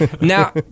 Now